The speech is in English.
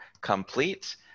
complete